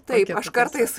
taip aš kartais